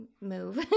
move